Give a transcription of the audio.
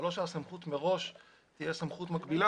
אבל לא שהסמכות מראש תהיה סמכות מקבילה